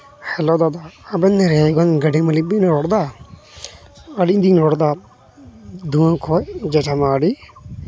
hello ᱫᱟᱫᱟ ᱟᱹᱵᱤᱱ ᱫᱚ ᱨᱤᱦᱟᱭᱜᱚᱸᱡᱽ ᱜᱟᱹᱰᱤ ᱢᱟᱹᱞᱤᱠ ᱵᱮᱱ ᱨᱚᱲ ᱮᱫᱟ ᱟᱹᱞᱤᱧ ᱞᱤᱧ ᱨᱚᱲ ᱮᱫᱟ ᱫᱷᱩᱣᱟᱹ ᱠᱚᱡ ᱡᱷᱟᱡᱷᱟᱢᱟᱦᱟᱨᱤ